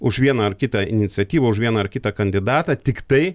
už vieną ar kitą iniciatyvą už vieną ar kitą kandidatą tiktai